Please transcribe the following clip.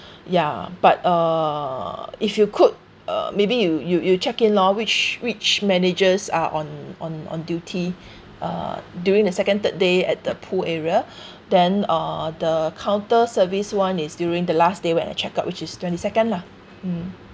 ya but uh if you could uh maybe you you you check in lor which which managers are on on on duty uh during the second third day at the pool area then uh the counter service one is during the last day when I checkout which is twenty second lah mm